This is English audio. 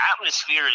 atmosphere